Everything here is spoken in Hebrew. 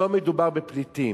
שלא מדובר בפליטים.